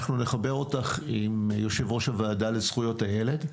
אנחנו נחבר אותך עם יושב-ראש הוועדה לזכויות הילד.